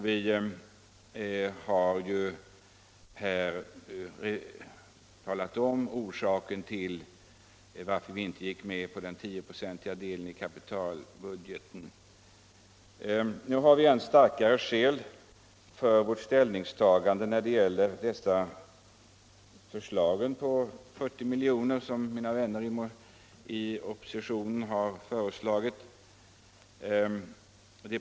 Vi har talat om varför vi inte var med på den 10-procentiga delen i kapitalbudgeten. Nu har vi än starkare skäl för vårt ställningstagande när det gäller de 40 milj.kr. som mina vänner i oppositionen har föreslagit.